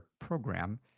program